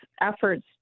efforts